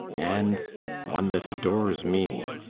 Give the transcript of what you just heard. and one that adores me.